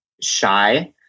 shy